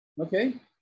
Okay